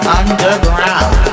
underground